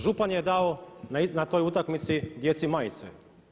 Župan je dao na toj utakmici djeci majice.